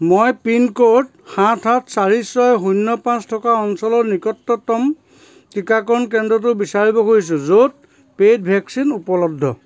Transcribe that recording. মই পিনক'ড সাত সাত চাৰি ছয় শূন্য পাঁচ থকা অঞ্চলৰ নিকটতম টীকাকৰণ কেন্দ্ৰটো বিচাৰিব খুজিছো য'ত পেইড ভেকচিন উপলব্ধ